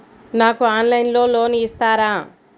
నాకు ఆన్లైన్లో లోన్ ఇస్తారా?